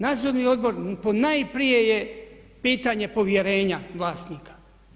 Nadzorni odbor ponajprije je pitanje povjerenja vlasnika.